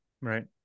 Right